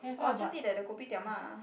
or just eat at the Kopitiam lah